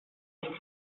nicht